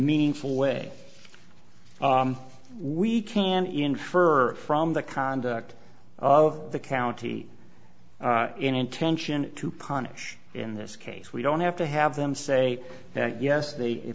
meaningful way we can infer from the conduct of the county in intention to punish in this case we don't have to have them say that yes they